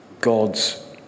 God's